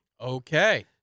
Okay